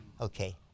Okay